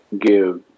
give